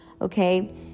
okay